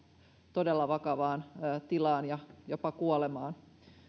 todella vakavaan tilaan ja jopa kuolemaan